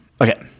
Okay